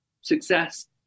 Success